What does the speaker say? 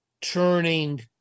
turning